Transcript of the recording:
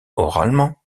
oralement